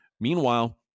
Meanwhile